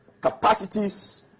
capacities